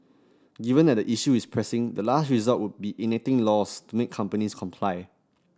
given that the issue is pressing the last resort would be enacting laws to make companies comply